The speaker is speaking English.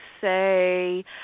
say